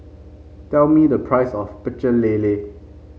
tell me the price of Pecel Lele